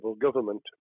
government